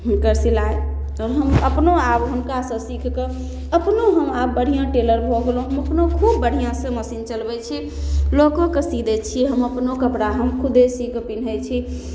हुनकर सिलाइ हम अपनो आब हुनकासँ सीखिकऽ अपनो हम आब बढ़िआँ टेलर भऽ गेलहुँ अपनो खूब बढ़िआँसँ मशीन चलबै छी लोकोके सी दै छी हम अपनो कपड़ा हम खुदे सी कऽ पिन्है छी